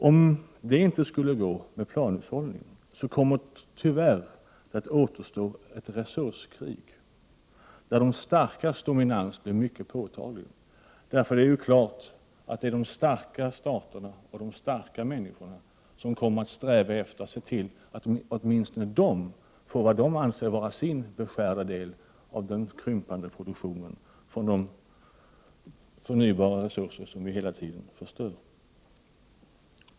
Om det inte skulle gå med planhushållning återstår tyvärr bara ett resurskrig, där det starkas dominans blir mycket påtaglig. Det är ju klart att de starka staterna och de starka människorna kommer att sträva efter att se till att åtminstone de får vad de anser vara sin beskärda del av den krympande produktionen från de förnybara resurser som vi hela tiden förstör.